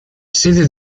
sede